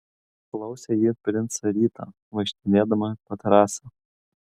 klausė ji princą rytą vaikštinėdama po terasą